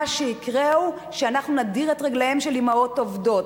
מה שיקרה הוא שאנחנו נדיר את רגליהן של אמהות עובדות.